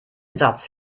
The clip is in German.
satz